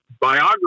biography